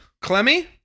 Clemmy